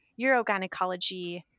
urogynecology